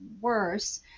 worse